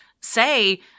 say